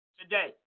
today